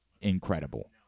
incredible